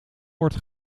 wordt